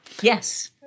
Yes